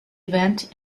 event